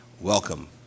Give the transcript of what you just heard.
Welcome